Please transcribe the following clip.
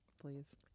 Please